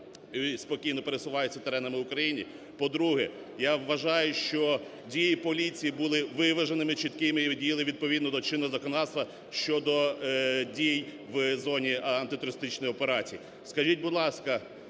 спокійно пересуваються теренами в Україні. По-друге, я вважаю, що дії поліції були виваженими, чіткими і діяли відповідно до чинного законодавства щодо дій в зоні антитерористичної операції. Скажіть, будь ласка,